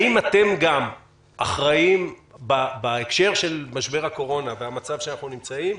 האם אתם גם אחראים בהקשר של משבר הקורונה ובמצב שאנחנו נמצאים,